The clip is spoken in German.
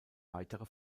weitere